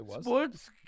Sports